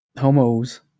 homos